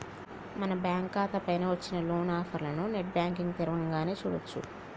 మన బ్యాంకు ఖాతా పైన వచ్చిన లోన్ ఆఫర్లను నెట్ బ్యాంకింగ్ తరవంగానే చూడొచ్చు